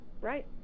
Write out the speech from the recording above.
Right